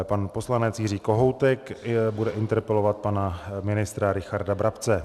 Pan poslanec Jiří Kohoutek bude interpelovat pana ministra Richarda Brabce.